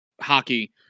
hockey